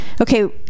okay